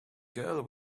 girl